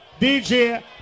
DJ